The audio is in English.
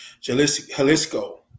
Jalisco